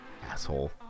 Asshole